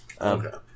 Okay